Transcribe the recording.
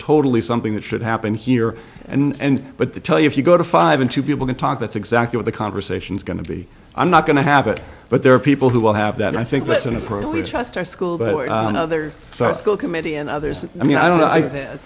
totally something that should happen here and but the tell you if you go to five in two people can talk that's exactly what the conversation is going to be i'm not going to happen but there are people who will have that i think that's an appropriate trust our school but another so our school committee and others i mean i don't know i